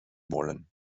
wollen